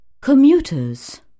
commuters